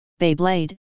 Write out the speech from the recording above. Beyblade